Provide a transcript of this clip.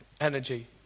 energy